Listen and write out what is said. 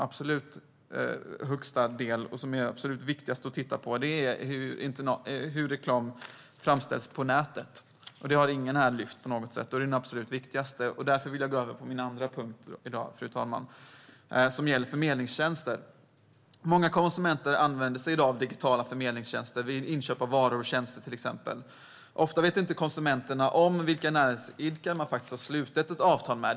Det som är absolut viktigast att titta på i dag är hur reklam framställs på nätet. Det har ingen här lyft fram på något sätt, och det är den absolut viktigaste frågan. Därför vill jag gå över till min andra punkt, fru talman, som gäller förmedlingstjänster. Många konsumenter använder sig i dag av digitala förmedlingstjänster vid inköp av varor och tjänster. Ofta vet inte konsumenterna om vilka näringsidkare de har slutit ett avtal med.